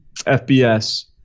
FBS